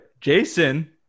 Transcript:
Jason